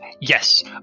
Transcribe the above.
yes